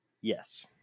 Yes